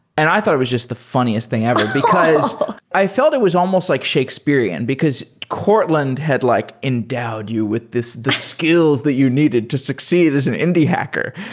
and i thought it was just the funniest thing ever, because i felt it was almost like shakespearean, because courtland had like endowed you with the skills that you needed to succeed as an indie hacker.